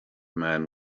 man